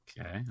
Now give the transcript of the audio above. Okay